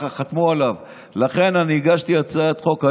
והנושא של דת ומדינה הופך להיות דבר מצחיק, עלוב?